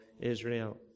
Israel